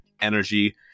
energy